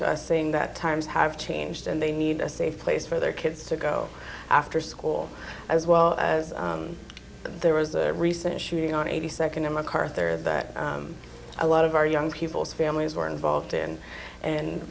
to us saying that times have changed and they need a safe place for their kids to go after school as well as there was a recent shooting on eighty second in my cart there that a lot of our young people's families were involved in and